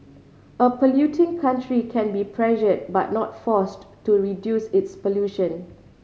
a polluting country can be pressured but not forced to reduce its pollution